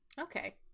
Okay